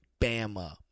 Bama